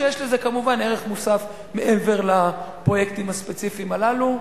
ויש לזה כמובן ערך מוסף מעבר לפרויקטים הספציפיים הללו.